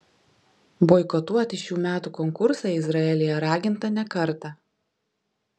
boikotuoti šių metų konkursą izraelyje raginta ne kartą